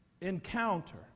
encounter